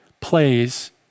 plays